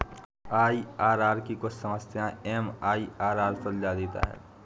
IRR की कुछ समस्याएं एम.आई.आर.आर सुलझा देता है